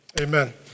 Amen